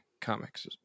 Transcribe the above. comics